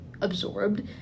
absorbed